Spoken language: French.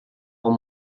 rend